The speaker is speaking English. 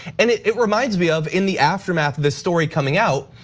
and it reminds me of in the aftermath of the story coming out.